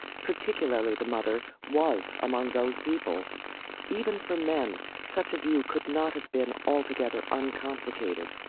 particularly the mother, was among those people even for men such a view could not have been altogether uncomplicated.